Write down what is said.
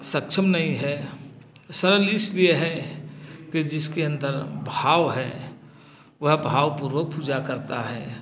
सक्षम नहीं है सरल इसलिए है कि जिसके अंदर भाव है वह भावपूर्वक पूजा करता है